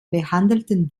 behandelten